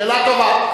שאלה טובה.